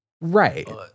Right